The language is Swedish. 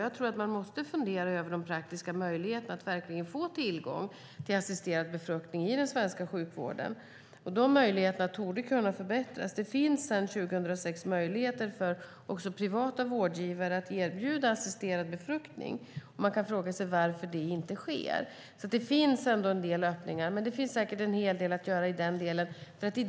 Jag tror att man måste fundera över de praktiska möjligheterna att verkligen få tillgång till assisterad befruktning i den svenska sjukvården. Dessa möjligheter torde kunna förbättras. Det finns sedan 2006 möjlighet också för privata vårdgivare att erbjuda assisterad befruktning. Man kan fråga sig varför det inte sker. Det finns alltså en del öppningar, men det finns säkert en hel del att göra i den delen.